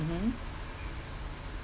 mmhmm